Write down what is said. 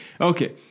Okay